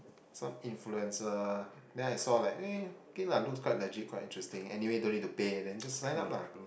some influencer then I saw like eh okay lah look quite legit quite interesting anyway don't need to pay then sign up lah